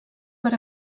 per